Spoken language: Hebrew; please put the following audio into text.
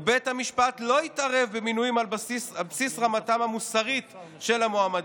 ובית המשפט לא התערב במינויים על בסיס רמתם המוסרית של המועמדים.